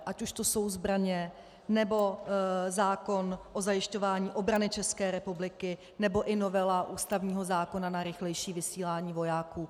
Ať už jsou to zbraně, nebo zákon o zajišťování obrany České republiky, nebo i novela ústavního zákona na rychlejší vysílání vojáků.